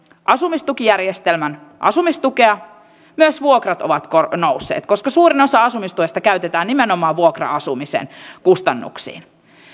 asumistukijärjestelmän asumistukea myös vuokrat ovat nousseet koska suurin osa asumistuesta käytetään nimenomaan vuokra asumisen kustannuksiin